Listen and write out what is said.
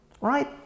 right